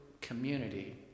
community